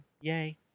Yay